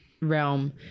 realm